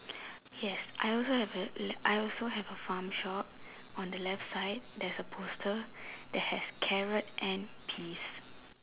yes I also have a I also have a farm shop on the left side there's a poster that has carrot and peas